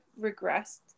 regressed